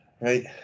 right